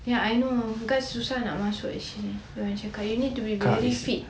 ya I know guards susah nak masuk actually diorang cakap you need to be really fit